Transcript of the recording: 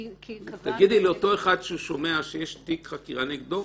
תגידי לאותו אחד ששומע שיש תיק חקירה נגדו,